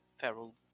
feral